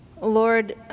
Lord